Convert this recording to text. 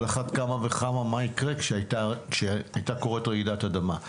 על אחת כמה וכמה מה יקרה כשתהיה רעידת אדמה.